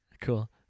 Cool